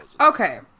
Okay